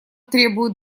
требуют